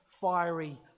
fiery